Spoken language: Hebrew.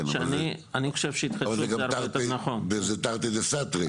וזה תרתי דסתרי.